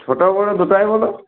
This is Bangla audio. ছোটো বড়ো দুটাই বলো